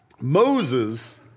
Moses